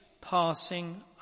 passing